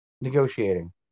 negotiating